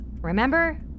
Remember